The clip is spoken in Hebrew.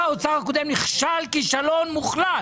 נכשל כישלון מוחלט.